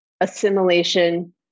assimilation